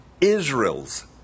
Israels